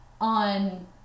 on